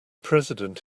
president